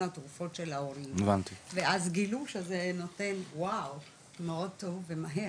התרופות של ההורים ואז גילו שזה נותן וואו מאוד טוב ומהר.